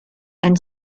and